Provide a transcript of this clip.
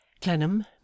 Clennam